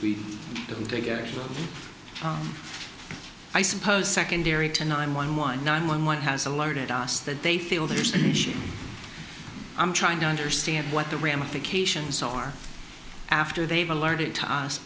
we don't take action i suppose secondary to nine one one nine one one has alerted us that they feel there's an issue i'm trying to understand what the ramifications are after they've alerted